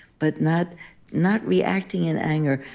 but not not reacting in anger,